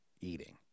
eating